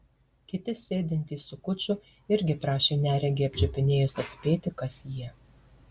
kiti sėdintys su kuču irgi prašė neregį apčiupinėjus atspėti kas jie